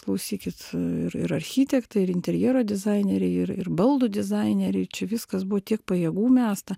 klausykit ir ir architektai ir interjero dizaineriai ir ir baldų dizaineriai čia viskas buvo tiek pajėgų mesta